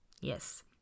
Yes